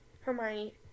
Hermione-